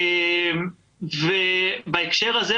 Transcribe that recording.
בהקשר הזה,